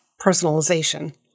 personalization